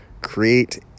create